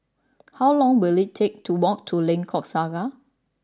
how long will it take to walk to Lengkok Saga